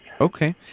Okay